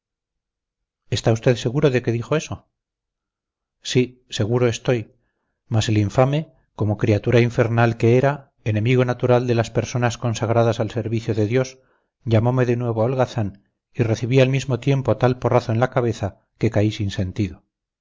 está usted seguro de que dijo eso sí seguro estoy mas el infame como criatura infernal que era enemigo natural de las personas consagradas al servicio de dios llamome de nuevo holgazán y recibí al mismo tiempo tal porrazo en la cabeza que caí sin sentido